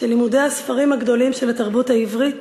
שלימודי הספרים הגדולים של התרבות העברית